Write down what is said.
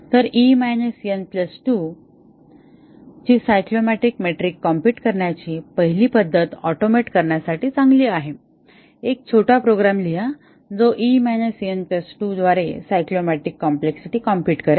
तर e n 2 ची cyclomatic metric compute करण्याची पहिली पद्धत ऑटोमेट करण्यासाठी चांगली आहे एक छोटा प्रोग्राम लिहा जो e n 2 द्वारे सायक्लोमॅटिक कॉम्प्लेक्सिटी कॉम्प्युट करेल